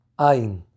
A'in